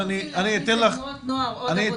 אין